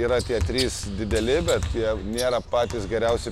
yra tie trys dideli bet jie nėra patys geriausi